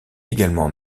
également